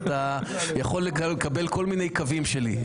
אתה יכול לקבל כל מיני קווים שלי.